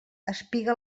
espiga